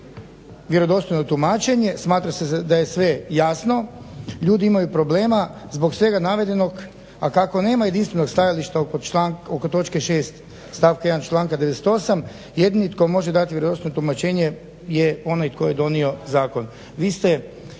vjerodostojno tumačenje smatra se da je sve jasno, ljudi imaju problema zbog svega navedenog a kako nema jedinstvenog stajališta oko točke 6. stavka 1. članka 98. Jedini tko može dati vjerodostojno tumačenje je onaj tko je donio zakon.